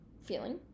feeling